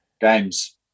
games